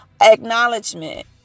acknowledgement